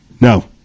No